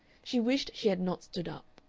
she wished she had not stood up.